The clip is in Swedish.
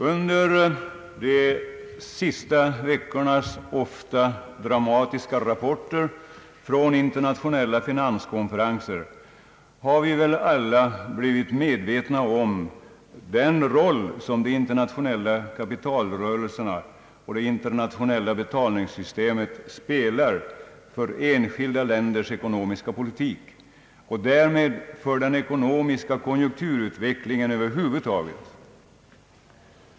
Under de senaste veckornas ofta dramatiska rapporter från internationella finanskonferenser har vi väl alla blivit medvetna om den roll som de internationella kapitalrörelserna och det internationella betalningssystemet spelar för enskilda länders ekonomiska politik och därmed för den ekonomiska konjunkturutvecklingen över huvud taget.